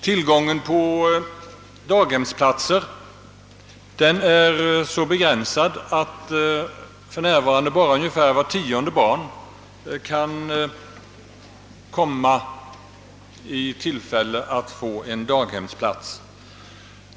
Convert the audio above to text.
Tillgången på daghemsplatser är så begränsad att för närvarande bara ungefär vart tionde barn kan få daghemsplats.